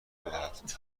بدهد